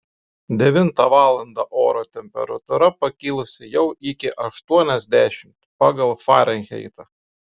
devintą valandą oro temperatūra pakilusi jau iki aštuoniasdešimt pagal farenheitą